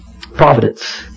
Providence